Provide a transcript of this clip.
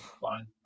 fine